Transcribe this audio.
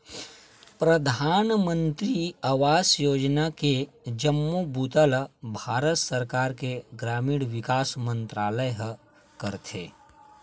परधानमंतरी आवास योजना के जम्मो बूता ल भारत सरकार के ग्रामीण विकास मंतरालय ह करथे